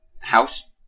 house